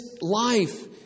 life